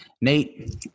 Nate